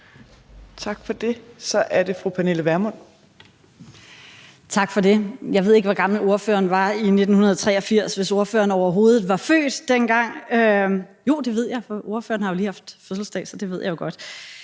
Vermund. Kl. 12:09 Pernille Vermund (NB): Tak for det. Jeg ved ikke, hvor gammel ordføreren var i 1983, hvis ordføreren overhovedet var født dengang – jo, det ved jeg jo godt, for ordføreren har lige haft fødselsdag – men jeg formoder,